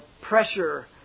pressure